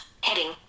heading